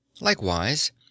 Likewise